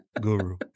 Guru